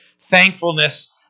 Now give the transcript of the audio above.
thankfulness